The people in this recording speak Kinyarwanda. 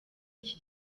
iki